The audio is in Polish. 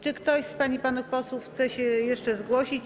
Czy ktoś z pań i panów posłów chce się jeszcze zgłosić?